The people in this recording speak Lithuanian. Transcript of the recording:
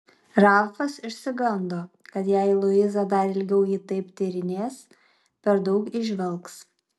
ralfas išsigando kad jei luiza dar ilgiau jį taip tyrinės per daug įžvelgs